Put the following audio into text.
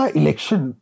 election